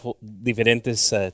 diferentes